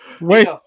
Wait